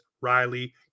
Riley